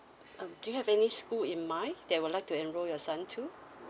um do you have any school in mind that would like to enroll your son to